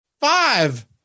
five